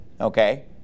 Okay